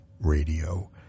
radio